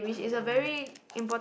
yeah